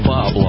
Bob